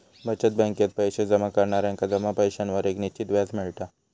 बचत बॅकेत पैशे जमा करणार्यांका जमा पैशांवर एक निश्चित व्याज मिळता